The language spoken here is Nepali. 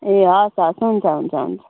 ए हवस् हवस् हुन्छ हुन्छ हुन्छ